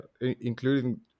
including